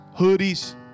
hoodies